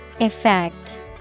Effect